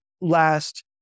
last